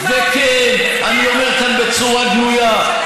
וכן, אני אומר כאן בצורה גלויה.